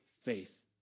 faith